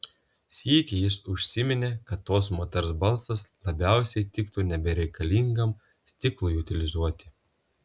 sykį jis užsiminė kad tos moters balsas labiausiai tiktų nebereikalingam stiklui utilizuoti